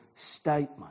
statement